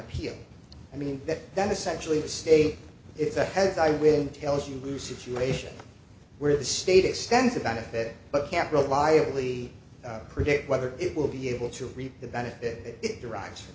appeal i mean that that essentially the state it's a heads i win tails you lose situation where the state extends the benefit but can't reliably predict whether it will be able to reap the benefit that it derives from